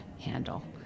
handle